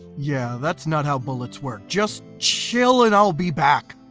yeah, that's not how bullets work. just chill and i'll be back.